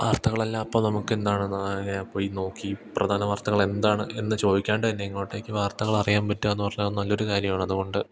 വാർത്തകളെല്ലാം അപ്പം നമുക്ക് എന്താണ് പോയി നോക്കി പ്രധാന വാർത്തകൾ എന്താണ് എന്ന് ചോദിക്കാണ്ടു തന്നെ ഇങ്ങോട്ടേക്ക് വാർത്തകൾ അറിയാൻ പറ്റുകയെന്നു പറഞ്ഞാൽ നല്ലൊരു കാര്യമാണ് അതു കൊണ്ട്